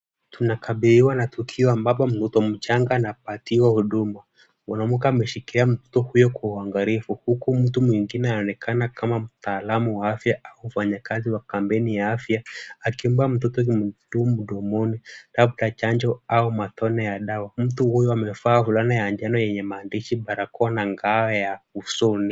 Tunakabiliwa na tukio ambapo mtoto mchanga anapatiwa huduma. Mwanamke ameshikilia mtoto huyo kwa uangalifu huku mtu mwingine anaonekana kama mtaalamu wa afya au mfanyakazi wa kampeni ya afya akimpa mtoto kitu mdomoni. Labda chanjo au matone ya dawa. Mtu huyo amevaa fulana ya njano yenye maandishi, barakoa na ngao ya usoni.